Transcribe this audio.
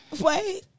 Wait